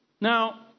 Now